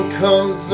comes